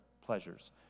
pleasures